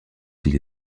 s’il